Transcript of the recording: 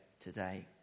today